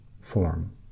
form